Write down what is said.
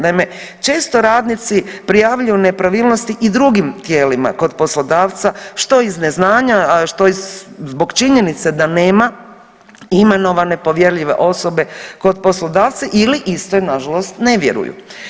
Naime, često radnici prijavljuju nepravilnosti i drugim tijelima kod poslodavca, što iz neznanja, a što zbog činjenice da nema imenovane povjerljive osobe kod poslodavca ili istoj na žalost ne vjeruju.